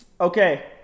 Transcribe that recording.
Okay